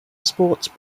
sports